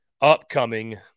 upcoming